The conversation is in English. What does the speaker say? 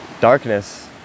darkness